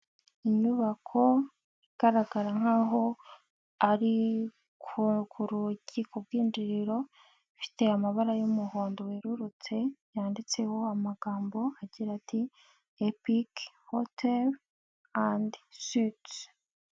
Inyubako igaragara nk'aho ari ku ku rugi ku bw'daro ifite amabara y'umuhondo werurutse yanditseho amagambo agira ati epiki hoteli andi sutisi.